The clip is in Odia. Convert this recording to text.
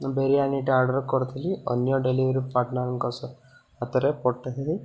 ମୁଁ ବିରିୟାନୀଟା ଅର୍ଡ଼ର୍ କରିଥିଲି ଅନ୍ୟ ଡେଲିଭରି ପାର୍ଟନର୍ଙ୍କ ହାତରେ